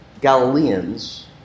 Galileans